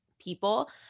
people